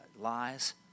lies